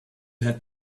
had